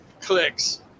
clicks